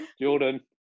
Jordan